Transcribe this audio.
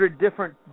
different